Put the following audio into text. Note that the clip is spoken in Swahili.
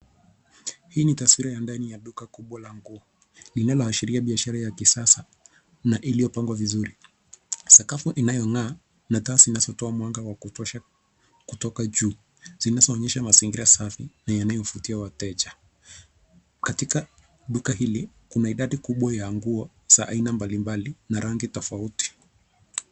Hii ni taswira ya ndani ya duka kubwa lenye nguo linaloashiria biashara ya kisasa na iliyopangwa vizuri. Sakafu inayong'aa na taa zinazotoa mwanga wa kutosha kutoka juu zinazoonyesha mazingira safi na yanayovutia wateja. Katika duka hili kuna idadi kubwa ya nguo za aina mbalimbali na rangi tofauti.